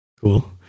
cool